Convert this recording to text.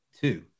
two